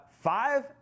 five